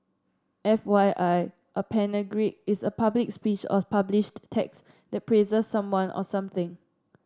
F Y I a panegyric is a public speech or published text that praises someone or something